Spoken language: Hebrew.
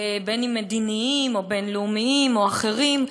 בין מדיניים ובין לאומיים או אחרים,